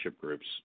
groups